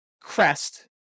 crest